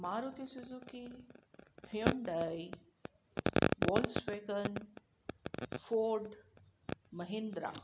Maruti Suzuki Hyundai Volkswagen ford Mahindra